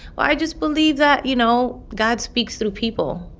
i just believe that, you know, god speaks through people.